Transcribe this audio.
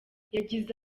yagize